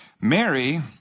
Mary